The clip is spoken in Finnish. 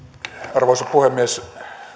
arvoisa puhemies